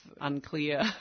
unclear